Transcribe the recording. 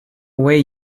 away